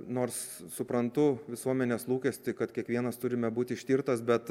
nors suprantu visuomenės lūkestį kad kiekvienas turime būti ištirtas bet